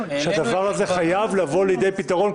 שהדבר הזה חייב לבוא לידי פתרון,